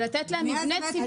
ולתת להם מבני ציבור.